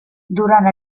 durant